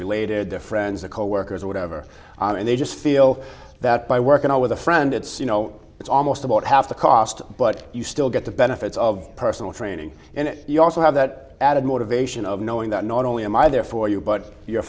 related to friends or coworkers or whatever and they just feel that by working out with a friend it's you know it's almost about half the cost but you still get the benefits of personal training and you also have that added motivation of knowing that not only am i there for you but your